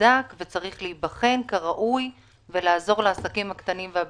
מוצדק ולהיבחן כראוי וצריך לעזור לעסקים הקטנים והבינוניים.